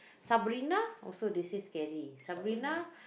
Sabrina also they say scary Sabrina